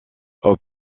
aux